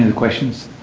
and questions?